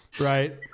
Right